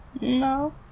No